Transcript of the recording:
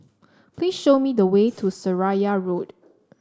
please show me the way to Seraya Road